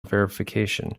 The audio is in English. verification